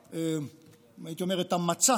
הייתי אומר, את המצע